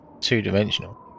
two-dimensional